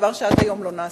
דבר שעד היום לא נעשה.